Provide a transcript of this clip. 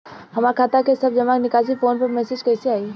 हमार खाता के सब जमा निकासी फोन पर मैसेज कैसे आई?